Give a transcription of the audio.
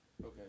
Okay